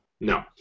No